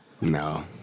no